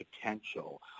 potential